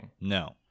No